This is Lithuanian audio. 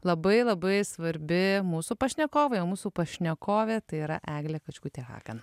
labai labai svarbi mūsų pašnekovei o mūsų pašnekovė tai yra eglė kačkutė hagen